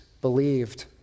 believed